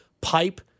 pipe